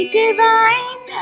divine